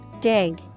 Dig